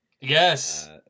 Yes